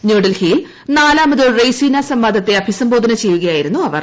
ന്യൂഡൽഹിയിൽ നാലാമത് റെയ്സീനാ സംവാദത്തെ അഭിസംബോധന ചെയ്യുകയായിരുന്നു അവർ